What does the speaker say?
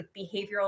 behavioral